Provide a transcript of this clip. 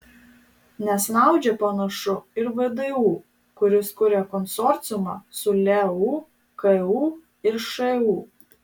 nesnaudžia panašu ir vdu kuris kuria konsorciumą su leu ku ir šu